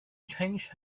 changed